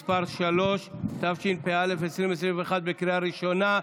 (תיקון מס' 3), התשפ"א 2021, בקריאה ראשונה.